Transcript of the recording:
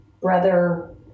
brother